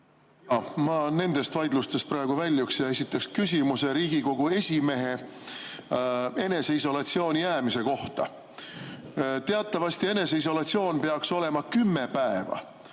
Ma nendest vaidlustest praegu väljuksin ja esitaksin küsimuse Riigikogu esimehe eneseisolatsiooni jäämise kohta. Teatavasti eneseisolatsioon peaks olema kümme päeva,